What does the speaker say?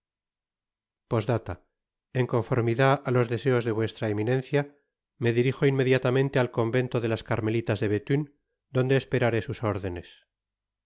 p i en conformidad á los deseos de vuestra eminencia me dirijo inmediatamente al convento de las carmelitas de bethune donde esperaré sus órdenes